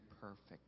perfect